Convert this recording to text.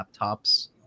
laptops